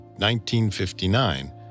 1959